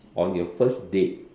on your first date